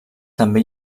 també